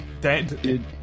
dead